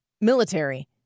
military